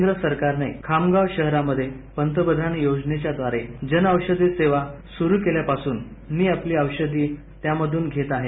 केंद्रसरकारने खामगाव शहरामध्ये पतप्रधान योजनेच्याद्वारे जन औषधी सेवा सुरु केल्यापासून मी आपली औषधीत्यामधून घेत आहे